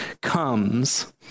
comes